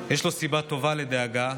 יש לו סיבה טובה לדאגה,